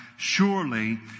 Surely